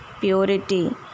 Purity